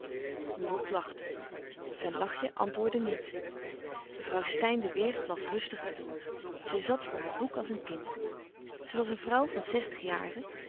lot lachte zijn lachje antwoordde niet mevrouw steyn de weert las rustiger door zij zat voor haar boek als een kind zij was een vrouw van zestig jaren